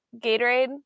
Gatorade